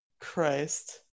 Christ